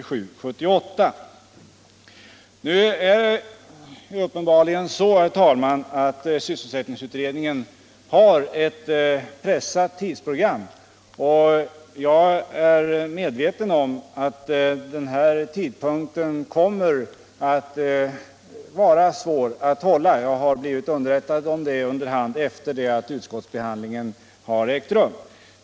Nu har sysselsättningsutredningen uppenbarligen, herr talman, ett pressat tidsprogram, och jag är medveten om att det kommer att bli svårt för utredningen att hålla tidsplanen. Jag har blivit underrättad om detta efter det att utskottet behandlade den här frågan.